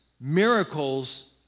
miracles